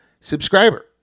subscriber